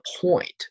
point